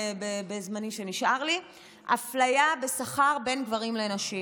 בזמן שנשאר לי אני אתן עוד דוגמה אפליה בשכר בין גברים לנשים.